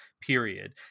period